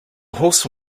horse